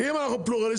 אם אנחנו פלורליסטיים,